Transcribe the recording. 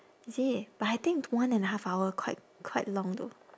is it but I think one and a half hour quite quite long though